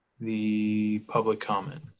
the public comment.